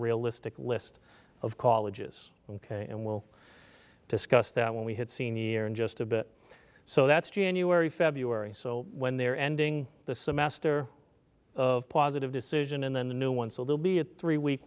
realistic list of colleges and we'll discuss that when we had senior in just a bit so that's january february so when they're ending the semester of positive decision and then the new one so they'll be a three week